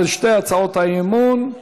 על שתי הצעות האמון,